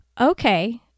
okay